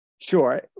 Sure